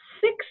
Six